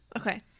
Okay